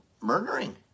murdering